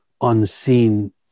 unseen